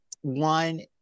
One